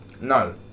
No